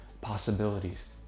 possibilities